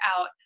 out